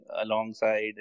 alongside